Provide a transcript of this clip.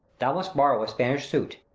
thou must borrow a spanish suit.